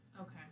Okay